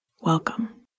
Welcome